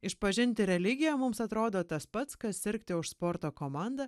išpažinti religiją mums atrodo tas pats kas sirgti už sporto komandą